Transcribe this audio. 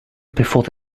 before